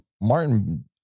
Martin